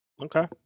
Okay